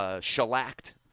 Shellacked